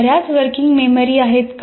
बऱ्याच working memory आहेत का